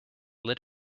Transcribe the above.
lit